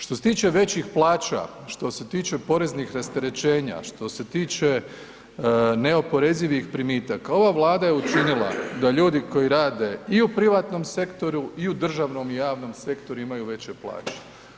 Što se tiče većih plaća, što se tiče poreznih rasterećenja, što se tiče neoporezivih primitaka ova Vlada je učinila da ljudi koji rade i u privatnom sektoru i u državnom i javnom sektoru imaju veće plaće.